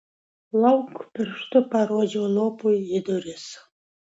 lauk pirštu parodžiau lopui į duris